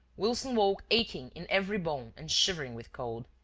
wilson woke aching in every bone and shivering with cold.